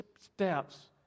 steps